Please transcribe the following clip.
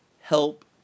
Help